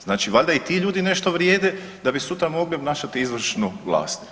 Znači valjda i ti ljudi nešto vrijede da bi sutra mogli obnašati izvršnu vlast.